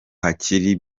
hakiri